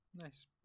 Nice